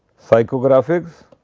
psychographics